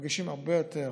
מגישים הרבה יותר